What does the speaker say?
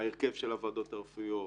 ההרכב של הועדות הרפואיות,